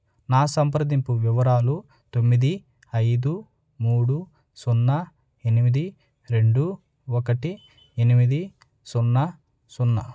నా సంప్రదింపు వివరాలు తొమ్మిది ఐదు మూడు సున్నా ఎనిమిది రెండు ఒకటి ఎనిమిది సున్నా సున్నా